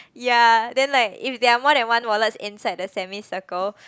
ya then like if there are more than one wallets inside the semi circle